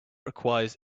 requires